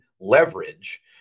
leverage